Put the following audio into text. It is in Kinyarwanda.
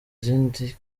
izindi